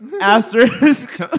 asterisk